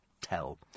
tell